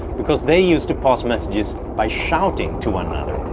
because they used to pass messages by shouting to one another.